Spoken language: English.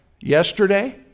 Yesterday